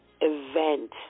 event